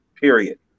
Period